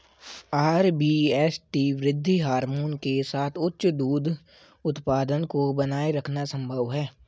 RBST वृद्धि hormone के साथ उच्च दूध उत्पादन को बनाए रखना संभव है